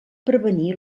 prevenir